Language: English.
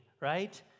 right